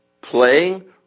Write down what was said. playing